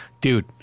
Dude